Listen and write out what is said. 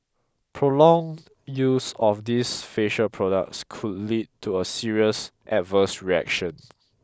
prolonged use of these facial products could lead to a serious adverse reactions